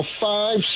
five